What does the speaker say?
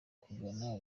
kugana